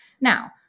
Now